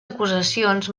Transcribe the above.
acusacions